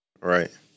right